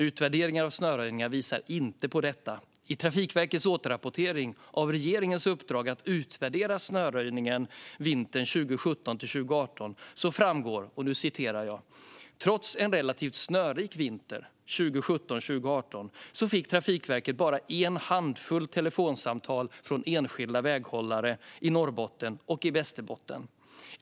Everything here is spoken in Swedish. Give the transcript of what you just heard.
Utvärderingar av snöröjningen visar inte på detta. I Trafikverkets återrapportering av regeringens uppdrag att utvärdera snöröjningen vintern 2017-2018 framgår följande: "Trots en relativt snörik vinter 2017/2018 fick Trafikverket bara en handfull telefonsamtal från enskilda väghållare i Norrbotten och Västerbotten.